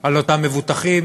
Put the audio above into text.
על אותם מבוטחים,